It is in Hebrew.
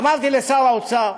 אמרתי לשר האוצר,